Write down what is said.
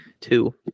two